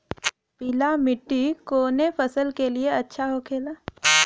पीला मिट्टी कोने फसल के लिए अच्छा होखे ला?